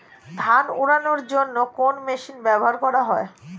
ধান উড়ানোর জন্য কোন মেশিন ব্যবহার করা হয়?